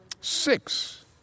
six